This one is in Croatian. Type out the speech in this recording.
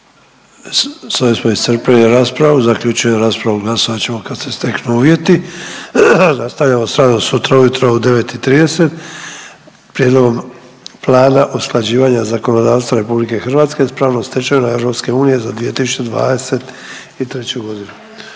ovim smo iscrpili raspravu, zaključujem raspravu, glasovat ćemo kad se steknu uvjeti. Nastavljamo s radom sutra ujutro u 9 i 30 Prijedlogom plana usklađivanja zakonodavstva RH s pravnom stečevinom EU za 2023.g..